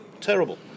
terrible